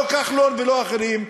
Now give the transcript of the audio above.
לא כחלון ולא אחרים,